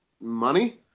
Money